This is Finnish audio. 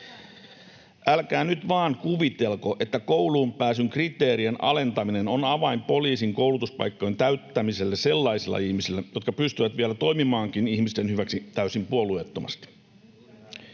Älkää nyt vaan kuvitelko, että kouluun pääsyn kriteerien alentaminen on avain poliisin koulutuspaikkojen täyttämiselle sellaisilla ihmisillä, jotka pystyvät vielä toimimaankin ihmisten hyväksi täysin puolueettomasti.